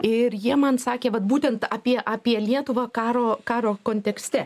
ir jie man sakė vat būtent apie apie lietuvą karo karo kontekste